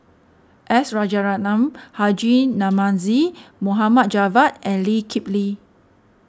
S Rajaratnam Haji Namazie Javad and Lee Kip Lee